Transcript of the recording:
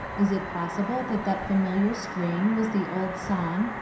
is it possible that that familiar strain was the old song,